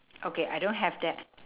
okay I don't have that